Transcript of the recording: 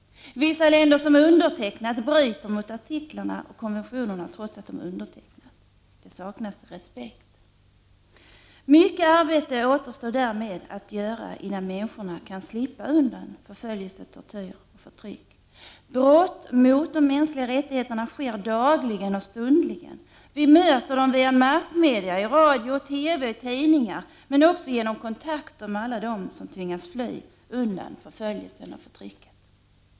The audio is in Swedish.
Vissa länder bryter mot artiklarna och konventionerna trots att de undertecknat dem. Det saknas respekt. Mycket arbete återstår därmed innan människor kan slippa undan förföljelse, tortyr och förtryck. Brott mot de mänskliga rättigheterna sker dagligen och stundligen. Vi möter dem via massmedia, i radio, TV och tidningar, men också genom kontakter med alla dem som tvingats fly undan förföljelsen och förtrycket.